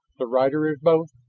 the rider is both.